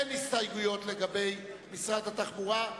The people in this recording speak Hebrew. אין הסתייגויות לגבי משרד התחבורה.